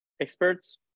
experts